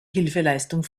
hilfeleistung